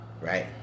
Right